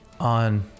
on